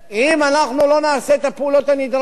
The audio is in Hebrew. אם אנחנו לא נעשה את הפעולות הנדרשות,